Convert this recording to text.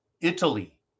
Italy